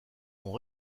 ont